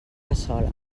cassola